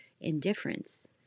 indifference